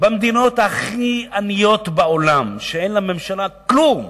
במדיניות הכי עניות בעולם, שאין לממשלה כלום,